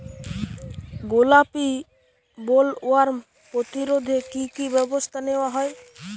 গোলাপী বোলওয়ার্ম প্রতিরোধে কী কী ব্যবস্থা নেওয়া হয়?